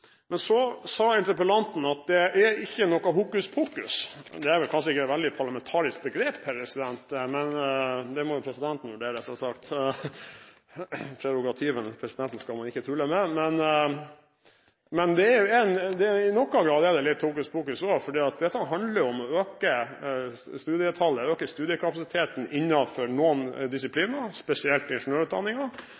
men at de andre i større grad velger en klar og tydelig profil på det de skal gjøre. Jeg håper at både Stortinget og statsråden vil følge den i fellesskap. Så sa interpellanten at det ikke er noe hokuspokus. Det er vel kanskje ikke et veldig parlamentarisk begrep, men det må jo presidenten vurdere, som sagt. Prerogativene til presidenten skal man ikke tulle med. Men det er i noen grad litt